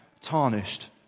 tarnished